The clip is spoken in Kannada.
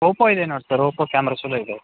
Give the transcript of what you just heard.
ಓಪೋ ಇದೆ ನೋಡಿ ಸರ್ ಓಪೋ ಕ್ಯಾಮ್ರಾ ಚೊಲೋ ಇದೆ